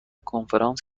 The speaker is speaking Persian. کنفرانس